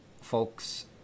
folks